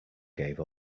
gave